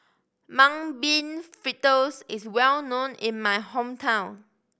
Mung Bean Fritters is well known in my hometown